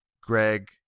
Greg